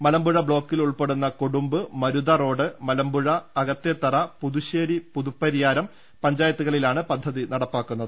മലമ്പുഴ ബ്ലോക്കിൽ ഉൾപ്പെടുന്ന കൊടുമ്പ് മരുതറോഡ് മലമ്പുഴ അകത്തേത്തറ പുതുശ്ശേരി പുതുപ്പരിയാരം പഞ്ചായത്തുകളിലാണ് പദ്ധതി നടപ്പാക്കുന്നത്